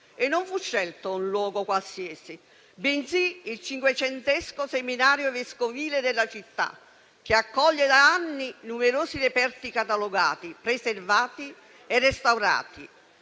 Non fu scelto un luogo qualsiasi, bensì il cinquecentesco seminario vescovile della città, che accoglie da anni numerosi reperti catalogati, preservati e restaurati.